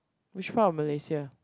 which part of Malaysia